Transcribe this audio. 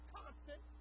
constant